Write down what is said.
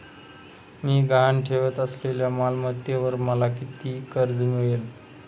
मी गहाण ठेवत असलेल्या मालमत्तेवर मला किती कर्ज मिळेल?